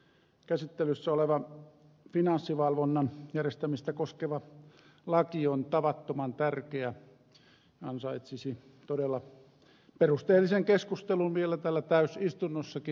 käsittelyssä oleva finanssivalvonnan järjestämistä koskeva laki on tavattoman tärkeä ja ansaitsisi todella perusteellisen keskustelun vielä täällä täysistunnossakin